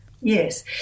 Yes